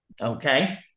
Okay